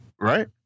right